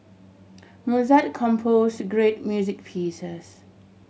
Mozart compose to great music pieces